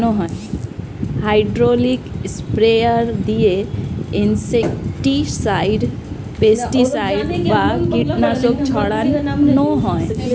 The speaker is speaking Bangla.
হাইড্রোলিক স্প্রেয়ার দিয়ে ইনসেক্টিসাইড, পেস্টিসাইড বা কীটনাশক ছড়ান হয়